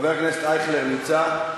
חבר הכנסת אייכלר נמצא?